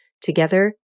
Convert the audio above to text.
Together